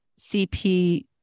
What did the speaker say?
CP